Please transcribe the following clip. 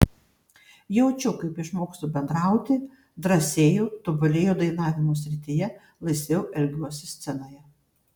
jaučiu kaip išmokstu bendrauti drąsėju tobulėju dainavimo srityje laisviau elgiuosi scenoje